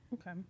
Okay